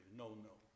no-no